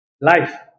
Life